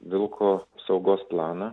vilko saugos planą